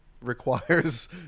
requires